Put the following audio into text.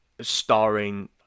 Starring